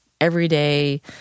everyday